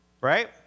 Right